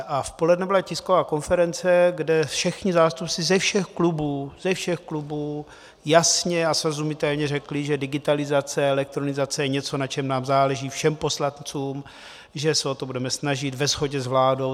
V poledne byla tisková konference, kde všichni zástupci ze všech klubů ze všech klubů jasně a srozumitelně řekli, že digitalizace a elektronizace je něco, na čem nám záleží všem poslancům, že se o to budeme snažit ve shodě s vládou.